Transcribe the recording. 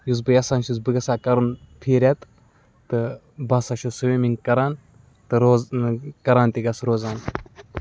یُس بہٕ یَژھان چھُس بہٕ گژھٕ ہا کَرُن فی رٮ۪تہٕ تہٕ بہٕ ہَسا چھُس سِومِنٛگ کَران تہٕ روز کَران تہِ گژھان روزان